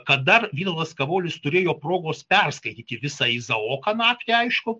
kad dar vytautas kavolis turėjo progos perskaityti visą izaoką naktį aišku